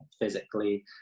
physically